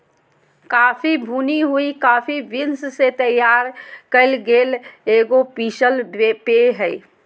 coffee भुनी हुई coffee beans से तैयार कइल गेल एगो पीसल पेय हइ